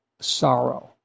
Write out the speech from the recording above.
sorrow